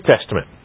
Testament